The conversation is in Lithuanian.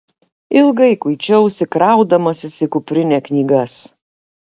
ilgai kuičiausi kraudamasis į kuprinę knygas